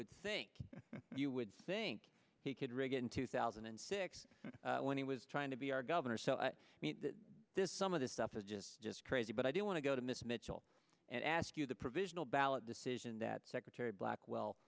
would think you would think he could rig it in two thousand and six when he was trying to be our governor so i mean this some of this stuff is just just crazy but i do want to go to miss mitchell and ask you the provisional ballot decision that secretary